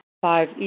Five